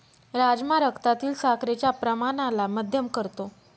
राजमा रक्तातील साखरेच्या प्रमाणाला मध्यम करतो